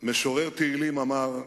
משורר תהילים אמר: